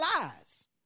lies